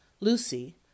lucy